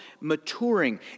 maturing